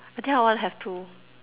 I think I wanna have two